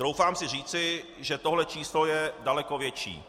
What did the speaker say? Troufám si říci, že tohle číslo je daleko větší.